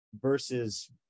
versus